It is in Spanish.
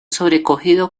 sobrecogido